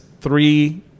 three